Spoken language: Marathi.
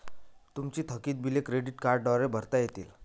तुमची थकीत बिले क्रेडिट कार्डद्वारे भरता येतील